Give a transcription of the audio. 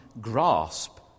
grasp